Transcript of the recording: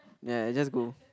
ya just go